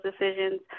decisions